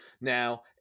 Now